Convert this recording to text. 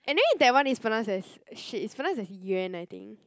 anyway that one is pronounced as !shit! it's pronounced as Yuan I think